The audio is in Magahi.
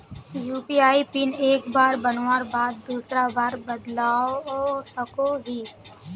यु.पी.आई पिन एक बार बनवार बाद दूसरा बार बदलवा सकोहो ही?